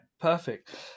Perfect